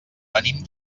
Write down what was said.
venim